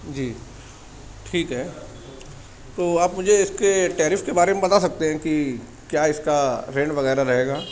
جی ٹھیک ہے تو آپ مجھے اس کے ٹیرف کے بارے میں بتا سکتے ہیں کہ کیا اس کا رینٹ وغیرہ رہے گا